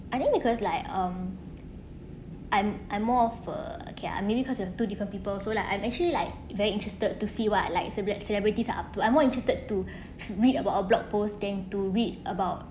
I think because like um I'm I'm more of uh okay I'm maybe cause two different people so like I'm actually like very interested to see what like celeb~ celebrities are up to I'm more interested to read about our blog post than to read about